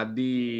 di